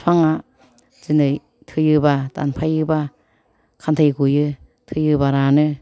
बिफाङा दिनै थैयोबा दानफाइयोबा खान्तै गयो थैयोबा रानो